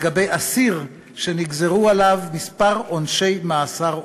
לגבי אסיר שנגזרו עליו כמה עונשי מאסר עולם.